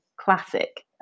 Classic